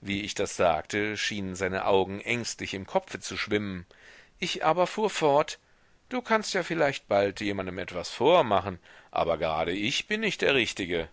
wie ich das sagte schienen seine augen ängstlich im kopfe zu schwimmen ich aber fuhr fort du kannst ja vielleicht bald jemandem etwas vormachen aber gerade ich bin nicht der richtige